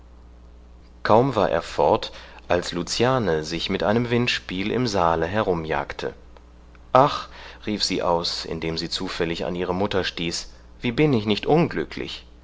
kaum war er fort als luciane sich mit einem windspiel im saale herumjagte ach rief sie aus indem sie zufällig an ihre mutter stieß wie bin ich nicht unglücklich